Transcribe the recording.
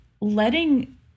letting